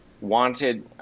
wanted –